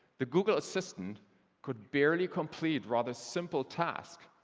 the google assistant could barely complete rather simple tasks,